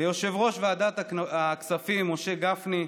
ליושב-ראש ועדת הכספים משה גפני,